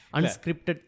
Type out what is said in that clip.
Unscripted